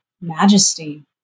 majesty